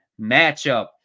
matchup